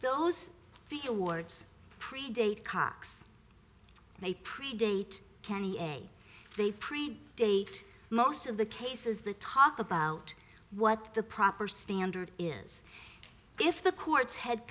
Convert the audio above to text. those the awards predate cox they predate kenny a they print date most of the cases they talk about what the proper standard is if the courts had